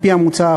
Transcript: על-פי המוצע,